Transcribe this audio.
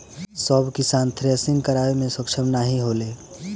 सब किसान थ्रेसिंग करावे मे सक्ष्म नाही होले